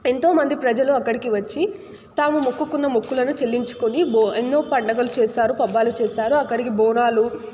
ఎంతో మంది ప్రజలు అక్కడికి వచ్చి తాము మొక్కుకున్న మొక్కులను చెల్లించుకుని ఎన్నో పండగలు చేస్తారు పబ్బాలు చేస్తారు అక్కడికి బోనాలు